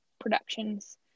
Productions